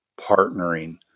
partnering